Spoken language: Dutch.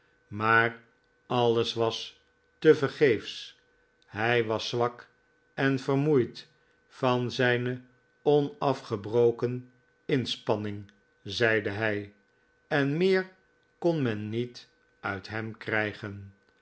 maar alles was tevergeefs h j was zwak en vermoeid van zijne onafgebroken inspanning zeide hi en meer kon men niet uit hem krijgen